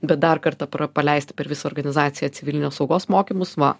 bet dar kartą pra paleisti per visą organizaciją civilinės saugos mokymus va